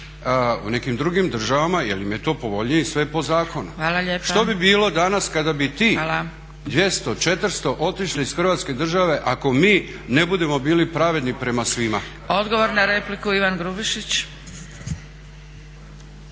u nekim drugim država jer im je to povoljnije i sve po zakonu. Što bi bilo danas kada bi tih 200, 400 otišli iz Hrvatske države ako mi ne budemo bili pravedni prema svima. **Zgrebec, Dragica